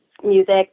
music